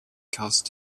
cause